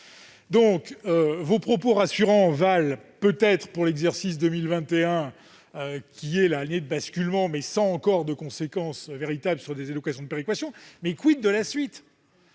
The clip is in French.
vos propos rassurants valent peut-être pour l'exercice 2021, qui est l'année de basculement, sans encore de conséquences véritables sur des allocations de péréquation, mais de la suite ?